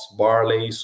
barley